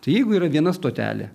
tai jeigu yra viena stotelė